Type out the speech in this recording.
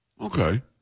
Okay